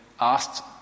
asked